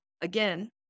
again